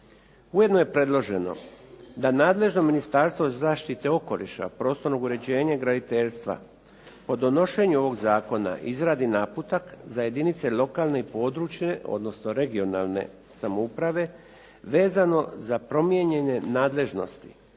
Ujedno je predloženo da nadležno Ministarstvo zaštite okoliša, prostornog uređenja i graditeljstva o donošenju ovoga zakona izradi naputak za jedinice lokalne i područne, odnosno regionalne samouprave vezano za promijenjene nadležnosti